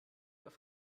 auf